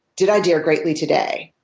did i dare greatly today?